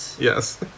Yes